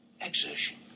Exertion